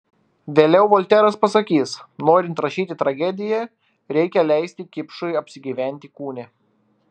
vėliau volteras pasakys norint rašyti tragediją reikia leisti kipšui apsigyventi kūne